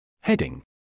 Heading